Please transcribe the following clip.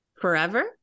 forever